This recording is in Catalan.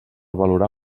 valorar